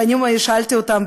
והיום אני שאלתי אותם,